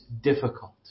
difficult